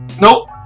Nope